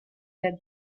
their